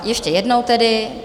Ještě jednou tedy.